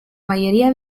mayoría